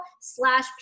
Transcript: slash